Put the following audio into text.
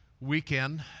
weekend